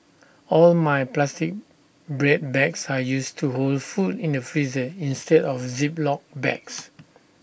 all my plastic bread bags are used to hold food in the freezer instead of Ziploc bags